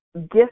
gift